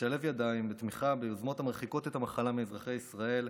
לשלב ידיים בתמיכה ביוזמות המרחיקות את המחלה מאזרחי ישראל,